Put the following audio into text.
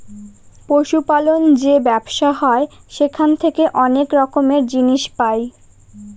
পশু পালন যে ব্যবসা হয় সেখান থেকে অনেক রকমের জিনিস পাই